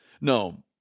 no